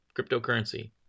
cryptocurrency